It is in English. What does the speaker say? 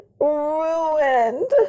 RUINED